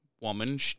woman